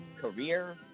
career